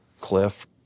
cliff